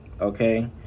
okay